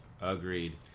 Agreed